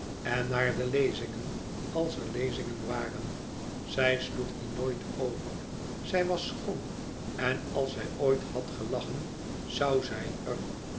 en naar de lezingen als er lezingen waren zij sloeg die nooit over zij was schoon en als zij ooit had gelachen zou zij er